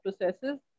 processes